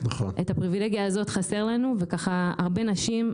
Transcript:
את הפריבילגיה הזאת חסר לנו והרבה נשים,